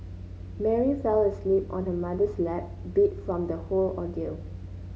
Mary fell asleep on her mother's lap beat from the whole ordeal